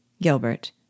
Gilbert